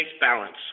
balance